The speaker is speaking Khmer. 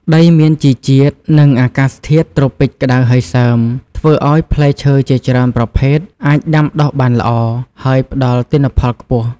ដីមានជីជាតិ និងអាកាសធាតុត្រូពិចក្តៅហើយសើម ធ្វើឲ្យផ្លែឈើជាច្រើនប្រភេទអាចដាំដុះបានល្អ ហើយផ្តល់ទិន្នផលខ្ពស់។